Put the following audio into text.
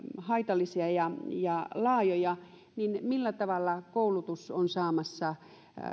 haitallisia ja ja laajoja niin millä tavalla koulutus on saamassa